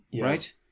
right